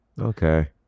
okay